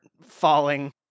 falling